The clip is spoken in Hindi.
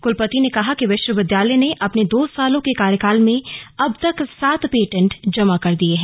क्लपति ने कहा कि विश्वविद्यालय ने अपने दो सालों के कार्यकाल में अब तक सात पेटेंट जमा कर दिए हैं